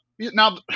Now